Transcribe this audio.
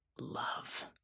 Love